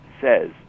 says